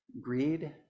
greed